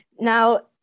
now